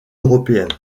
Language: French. européenne